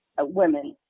women